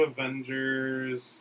Avengers